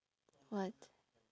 what